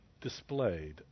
displayed